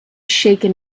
shaken